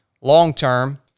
long-term